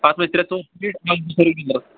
اَتھ منٛز چھِ ترٛےٚ تِم تِتھۍ